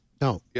No